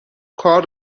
کار